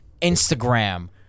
Instagram